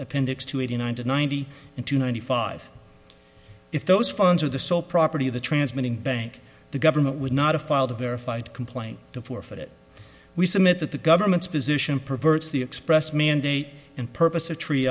appendix two eighty nine to ninety two ninety five if those funds were the sole property of the transmitting bank the government would not have filed a verified complaint to forfeit it we submit that the government's position perverts the express mandate and purpose or tr